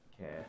Okay